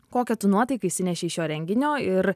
kokią tu nuotaiką išsinešei iš šio renginio ir